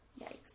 Yikes